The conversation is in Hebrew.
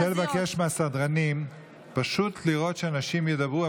אני רוצה לבקש מהסדרנים פשוט לראות שאנשים ידברו,